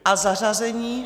A zařazení?